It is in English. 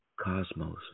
cosmos